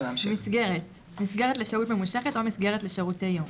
""מסגרת" מסגרת לשהות ממושכת או מסגרת לשירותי יום,